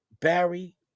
Barry